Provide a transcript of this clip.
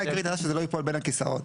המטרה העיקרית היא שזה לא ייפול בין הכיסאות.